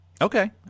Okay